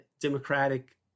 democratic